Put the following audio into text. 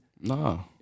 No